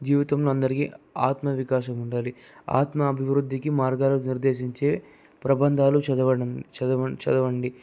జీవితంలో అందరికీ ఆత్మవికాసం ఉండాలి ఆత్మ అభివృద్ధికి మార్గాలను ఉద్దేశించే ప్రబంధాలను చదవం చదవ చదవండి